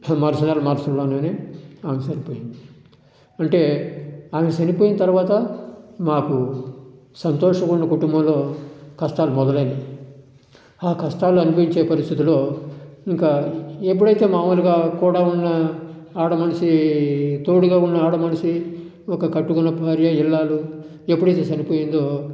మరుసటి నాడు మరుసటి రోజునే ఆమె చనిపోయింది అంటే ఆమె చనిపోయిన తర్వాత మాకు సంతోషంగా ఉండే కుటుంబంలో కష్టాలు మొదలయినాయి ఆ కష్టాలు అనుభవించే పరిస్థితిలో ఇంకా ఎప్పుడైతే మామూలుగా కూడా ఉన్న ఆడ మనిషి తోడుగా ఉన్న ఆడ మనిషి ఒక కట్టుకున్న భార్య ఇల్లాలు ఎప్పుడైతే చనిపోయిందో